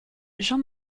jean